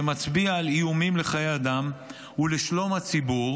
שמצביע על איומים לחיי אדם ולשלום הציבור